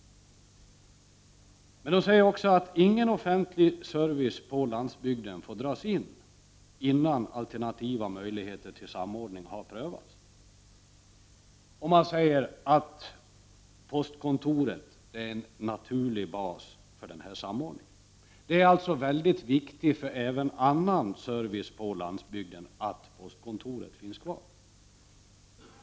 Det framhålls också att ingen offentlig service på landsbygden får dras in, innan alternativa möjligheter till samordning har prövats. Vidare säger man att postkontoret är en naturlig bas för denna samordning. Att postkontoret finns kvar är alltså mycket viktigt även för annan service på landsbygden.